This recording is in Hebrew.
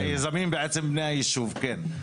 ליזמים בעצם בני הישוב, כן.